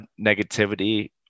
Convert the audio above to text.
negativity